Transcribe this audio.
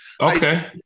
Okay